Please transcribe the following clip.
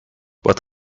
but